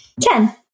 Ten